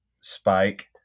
spike